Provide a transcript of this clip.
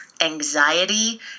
anxiety